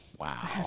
Wow